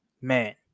man